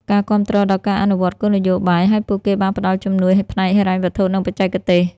ការគាំទ្រដល់ការអនុវត្តគោលនយោបាយ ហើយពួកគេបានផ្តល់ជំនួយផ្នែកហិរញ្ញវត្ថុ និងបច្ចេកទេស។